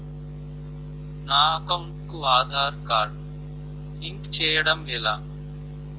నా అకౌంట్ కు Aadhaar card link చేయడం ఎలా?